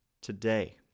Today